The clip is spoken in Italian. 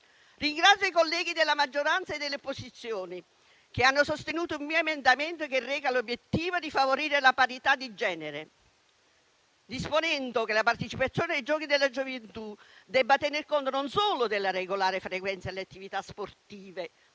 Ringrazio i colleghi della maggioranza e delle opposizioni che hanno sostenuto un emendamento a mia firma che reca l'obiettivo di favorire la parità di genere, disponendo che la partecipazione ai Giochi della gioventù debba tenere conto non solo della regolare frequenza delle attività sportive promosse dagli istituti